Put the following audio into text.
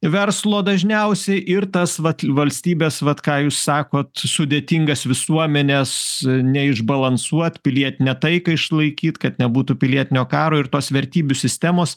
verslo dažniausiai ir tas vat valstybės vat ką jūs sakot sudėtingas visuomenės neišbalansuot pilietinę taiką išlaikyt kad nebūtų pilietinio karo ir tos vertybių sistemos